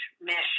mission